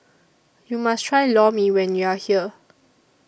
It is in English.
YOU must Try Lor Mee when YOU Are here